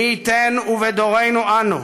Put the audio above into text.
מי ייתן ובדורנו שלנו